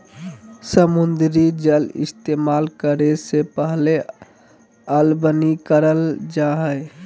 समुद्री जल इस्तेमाल करे से पहले अलवणीकरण करल जा हय